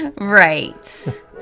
Right